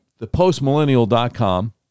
thepostmillennial.com